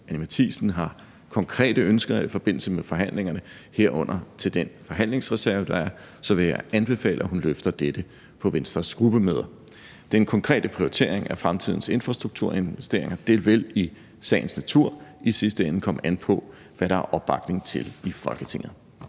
Anni Matthiesen har konkrete ønsker i forbindelse med forhandlingerne, herunder til den forhandlingsreserve, der er, vil jeg anbefale, at hun drøfter dette på Venstres gruppemøder. Den konkrete prioritering af fremtidens infrastrukturinvesteringer vil i sagens natur i sidste ende komme an på, hvad der er opbakning til i Folketinget.